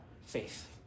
faith